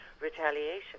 retaliation